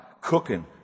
cooking